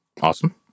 Awesome